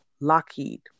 Lockheed